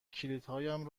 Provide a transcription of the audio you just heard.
کلیدهایم